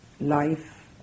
life